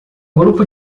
grupo